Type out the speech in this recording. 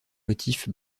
motifs